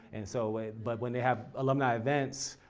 and so when but when they have alumni events,